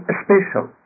special